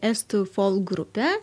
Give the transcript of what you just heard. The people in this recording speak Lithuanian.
estų fol grupė